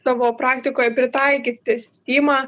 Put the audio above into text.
savo praktikoje pritaikyti stimą